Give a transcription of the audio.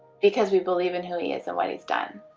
because we believe in who he is and what he's done?